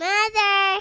Mother